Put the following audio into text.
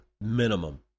minimum